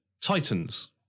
Titans